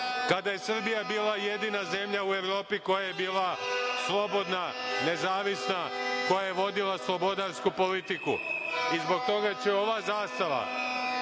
kada je Srbija bila jedina zemlja u Evropi koja je bila slobodna, nezavisna, koja je vodila slobodarsku politiku. Zbog toga će ova zastava